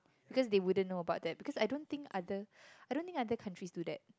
because they won't know about that because I don't think other I don't think other countries is do that